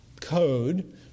code